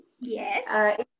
Yes